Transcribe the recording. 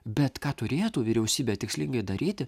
bet ką turėtų vyriausybė tikslingai daryti